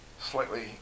slightly